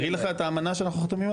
להקריא לך את האמנה עליה אנחנו חתומים?